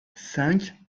cinq